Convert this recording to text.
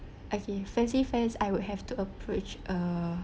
okay first thing first I will have to approach uh